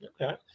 okay